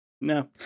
No